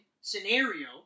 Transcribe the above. scenario